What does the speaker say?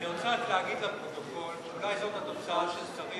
אני רוצה רק להגיד לפרוטוקול שאולי זאת התוצאה של שרים